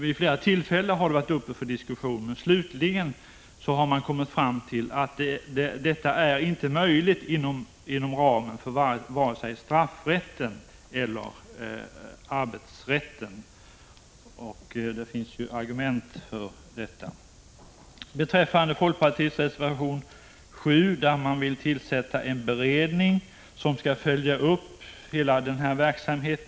Vid flera tillfällen har den frågan varit uppe till diskussion, och slutligen har man kommit fram till att detta inte är möjligt vare sig inom ramen för straffrätten eller inom ramen för arbetsrätten. Argumenten härför har också framförts. I reservation 7 föreslår folkpartiet att det skall tillsättas en beredning för att följa upp hela denna verksamhet.